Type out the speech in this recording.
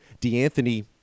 D'Anthony